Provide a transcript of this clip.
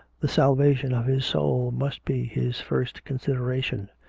the salvation of his soul must be his first consideration.